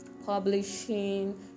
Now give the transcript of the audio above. Publishing